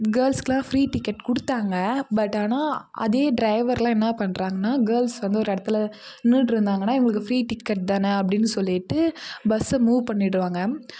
கேர்ள்ஸ்ஸுக்குலாம் free ticket கொடுத்தாங்க but ஆனால் அதே ட்ரைவர்லாம் என்ன பண்ணுறாங்கனா கேர்ள்ஸ் வந்து ஒரு இடத்துல நின்றுட்டு இருந்தாங்கன்னா இவங்களுக்கு ஃப்ரீ டிக்கெட் தானே அப்படின்னு சொல்லிவிட்டு பஸ்ஸில் மூவ் பண்ணி விடுவாங்க